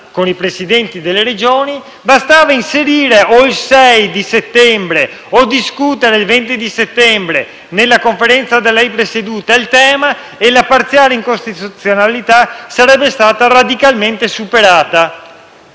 con i presidenti delle Regioni. Bastava inserire il tema per il 6 settembre o discuterne il 20 settembre nella Conferenza da lei presieduta e la parziale incostituzionalità sarebbe stata radicalmente superata.